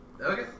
Okay